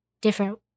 different